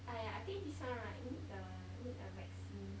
!aiya! I think this one right need the need the vaccine